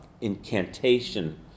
incantation